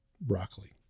broccoli